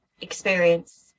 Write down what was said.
experience